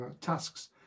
tasks